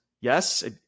Yes